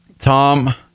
Tom